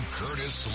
curtis